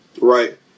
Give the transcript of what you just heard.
Right